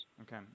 Okay